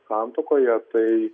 santuokoje tai